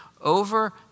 Over